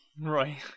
Right